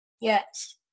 Yes